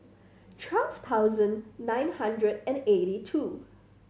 thousand nine hundred and eighty two